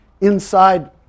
inside